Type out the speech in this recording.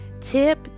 Tip